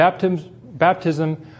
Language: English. Baptism